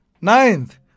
Ninth